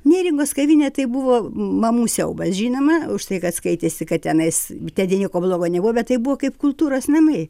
neringos kavinė tai buvo mamų siaubas žinoma už tai kad skaitėsi kad tenais ten gi nieko blogo nebuvo bet tai buvo kaip kultūros namai